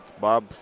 bob